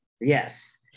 yes